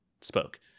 spoke